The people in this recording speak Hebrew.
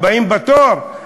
הבאים בתור?